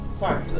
Sorry